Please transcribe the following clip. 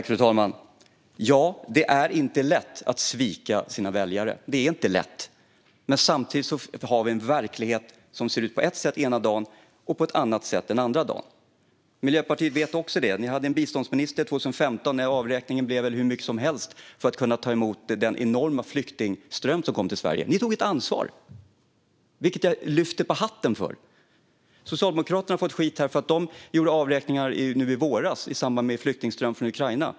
Fru talman! Det är inte lätt att svika sina väljare. Men samtidigt har vi en verklighet som ser ut på ett sätt den ena dagen och på ett annat sätt den andra dagen. Miljöpartiet vet också det. Ni hade en biståndsminister 2015 när avräkningen blev hur stor som helst för att Sverige skulle kunna ta emot den enorma flyktingström som kom hit. Ni tog ett ansvar, vilket jag lyfter på hatten för. Socialdemokraterna har här fått skit för att de gjorde avräkningar nu i våras i samband med flyktingströmmen från Ukraina.